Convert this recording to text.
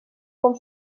com